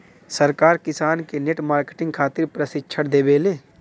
सरकार किसान के नेट मार्केटिंग खातिर प्रक्षिक्षण देबेले?